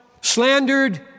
slandered